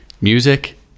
music